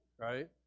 right